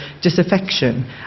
disaffection